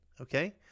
okay